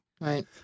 Right